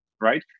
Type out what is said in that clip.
right